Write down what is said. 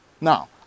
Now